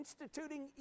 instituting